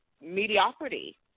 mediocrity